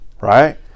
right